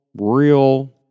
real